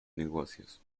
negocios